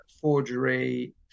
forgery